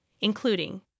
including